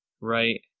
right